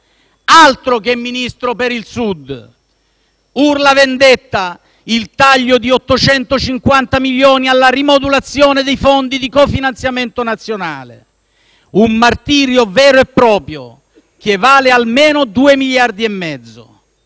altro che Ministro per il Sud! Urla vendetta il taglio di 850 milioni di euro alla rimodulazione dei fondi di cofinanziamento nazionale. Un martirio vero e proprio che vale almeno 2,5 miliardi. Ma non